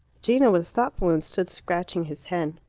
gino was thoughtful, and stood scratching his head.